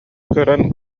көрөн